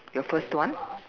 your first one